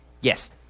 Yes